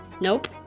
Nope